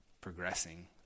progressing